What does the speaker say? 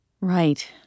Right